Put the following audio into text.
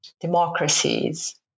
democracies